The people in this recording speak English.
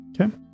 Okay